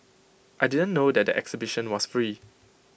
I didn't know that the exhibition was free